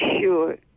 sure